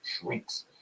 shrinks